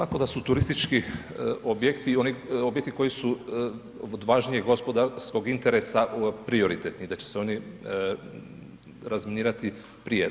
Svakako da su turistički objekti oni objekti koji su od važnijeg gospodarskog interesa prioritetni i da će se oni razminirati prije.